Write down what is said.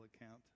account